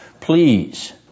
Please